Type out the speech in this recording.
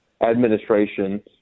administration